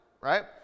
right